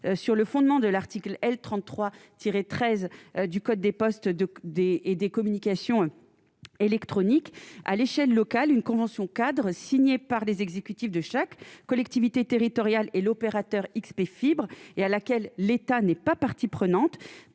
sur le fondement de l'article L. 33 tiré 13 du code des postes de D et des communications électroniques à l'échelle locale une convention cadre signé par les exécutifs de chaque collectivité territoriale et l'opérateur XP fibres et à laquelle l'État n'est pas partie prenante